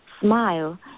Smile